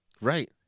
Right